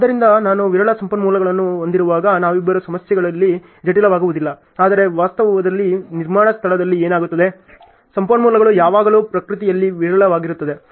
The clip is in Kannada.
ಆದ್ದರಿಂದ ನಾನು ವಿರಳ ಸಂಪನ್ಮೂಲಗಳನ್ನು ಹೊಂದಿರುವಾಗ ನಾವಿಬ್ಬರೂ ಸಮಸ್ಯೆಗಳು ಜಟಿಲವಾಗುವುದಿಲ್ಲ ಆದರೆ ವಾಸ್ತವದಲ್ಲಿ ನಿರ್ಮಾಣ ಸ್ಥಳದಲ್ಲಿ ಏನಾಗುತ್ತದೆ ಸಂಪನ್ಮೂಲಗಳು ಯಾವಾಗಲೂ ಪ್ರಕೃತಿಯಲ್ಲಿ ವಿರಳವಾಗಿರುತ್ತದೆ